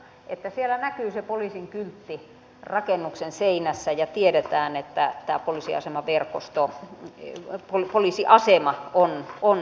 että siellä näkyy se poliisin kyltti rakennuksen seinässä ja tiedetään että poliisiasema on lähettyvillä